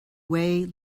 way